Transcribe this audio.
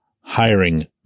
hiring